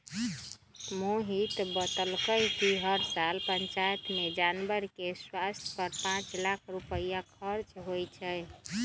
मोहित बतलकई कि हर साल पंचायत में जानवर के स्वास्थ पर पांच लाख रुपईया खर्च होई छई